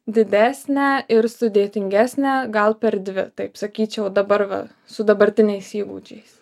didesnę ir sudėtingesnę gal per dvi taip sakyčiau dabar va su dabartiniais įgūdžiais